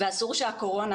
אסור שהקורונה,